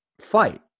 fight